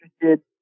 interested